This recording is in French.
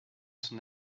son